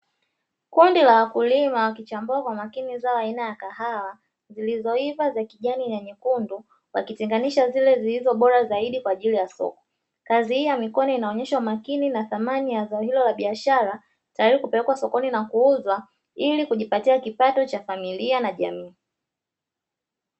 kundi la wakulima wakichambua kwa makini zao aina ya kahawa zilizoiva za kijani na nyekundu wakitenganisha zile zilizo bora zaid kwaajili ya soko kazi hii ya mikono inaonesha umakini na thamani ya zao hilo la biashara tayari kupelekwa sokoni na kuuzwa ili kujipatia kipato cha familia na jamii